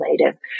native